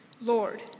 Lord